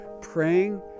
Praying